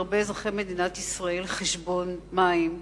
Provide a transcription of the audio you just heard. הרבה אזרחי מדינת ישראל חשבון מים,